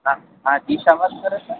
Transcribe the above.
હા હા દિશા વાત કરે છે